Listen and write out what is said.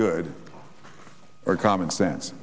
good or common sense